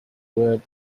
word